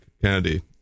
Kennedy